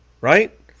right